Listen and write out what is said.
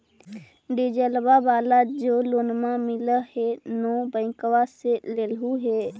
डिजलवा वाला जे लोनवा मिल है नै बैंकवा से लेलहो हे?